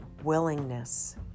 Willingness